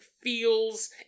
feels